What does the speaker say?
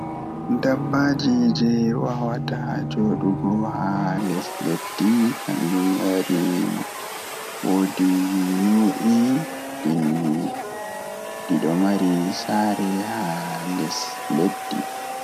Dabbaji jei wawatat jodaago haa less leddi woodi nyuue di don mari saare haa less leddi